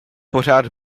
pořád